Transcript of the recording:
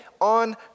on